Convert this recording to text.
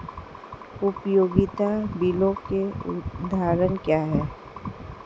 उपयोगिता बिलों के उदाहरण क्या हैं?